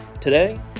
Today